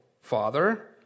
father